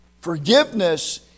Forgiveness